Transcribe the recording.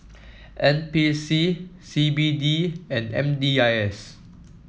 N P C C B D and M D I S